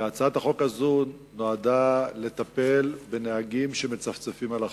הצעת החוק הזאת נועדה לטפל בנהגים שמצפצפים על החוק,